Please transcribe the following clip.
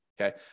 okay